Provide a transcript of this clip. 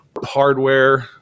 hardware